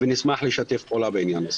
ונשמח לשתף פעולה בעניין.